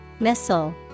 Missile